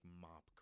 mop